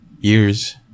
years